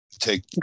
take